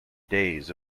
days